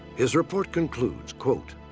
his report concludes, quote,